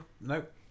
nope